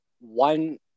one